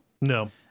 No